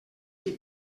qui